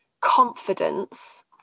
confidence